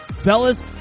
Fellas